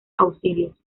auxilios